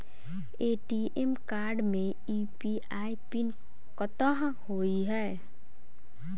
ATM card मे UPI PIN कतह होइ है?